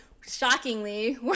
shockingly